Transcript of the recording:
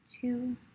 two